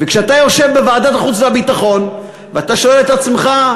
וכשאתה יושב בוועדת החוץ והביטחון ואתה שואל את עצמך על